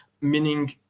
meaning